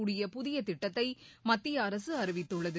கூடிய புதிய திட்டத்தை மத்திய அரசு அறிவித்துள்ளது